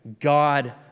God